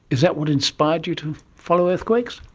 is that what inspired you to follow earthquakes?